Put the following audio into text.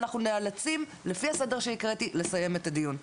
אנחנו נאלצים לפי הסדר שקראתי ולסיים את הדיון.